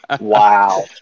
Wow